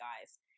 guys